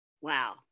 Wow